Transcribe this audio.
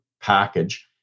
package